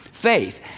Faith